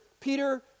Peter